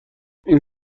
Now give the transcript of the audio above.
این